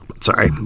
Sorry